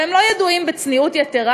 והם לא ידועים בצניעות יתרה,